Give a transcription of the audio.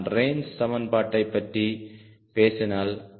நான் ரேஞ்ச் சமன்பாட்டை பற்றி பேசினால்